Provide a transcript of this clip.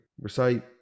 recite